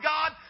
God